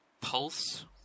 pulse